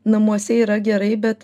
namuose yra gerai bet